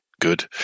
good